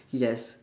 yes